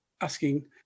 asking